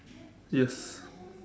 yes